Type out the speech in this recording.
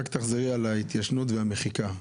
תחזרי רק על ההתיישנות והמחיקה.